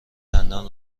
دندان